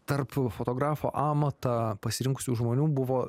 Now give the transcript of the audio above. tarp fotografo amatą pasirinkusių žmonių buvo